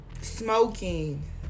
smoking